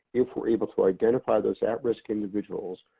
if we're able to identify those at-risk individuals.